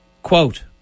Quote